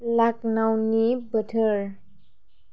लाकनौनि बोथोर